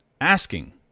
asking